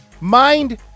mind